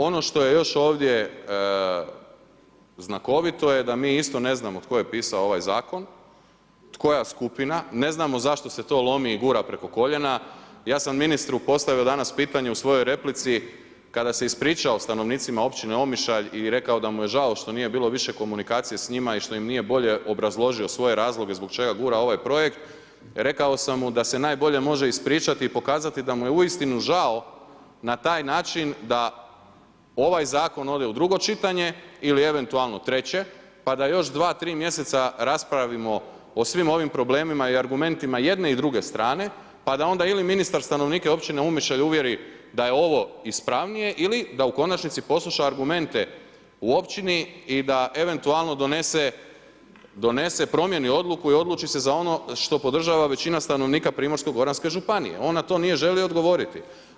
Ono što je još ovdje znakovito je da mi isto ne znamo tko je pisao ovaj zakon, koja skupina, ne znamo zašto se to lomi i gura preko koljena, ja sam ministru postavio danas pitanje u svojoj replici kada se ispričao stanovnicima Općine Omišalj i rekao da mi je žao što nije bilo više komunikacije s njima i što im nije bolje obrazložio svoje razloge zbog čega gura ovaj projekt, rekao sam mu da se najbolje može ispričati i pokazati da mu je uistinu žao na taj način da ovaj zakon ode u drugo čitanje ili eventualno treće pa da još dva, tri mjeseca raspravimo o svim ovim problemima i argumentima jedne i druge strane pa onda ili ministar stanovnike Općine Omišalj uvjeri da je ovo ispravnije ili da u konačnici posluša argumente u općini i da eventualno donese promjene i odluku i odluči se za ono što podržava većina stanovnika PGŽ-a, on na to nije želio odgovoriti.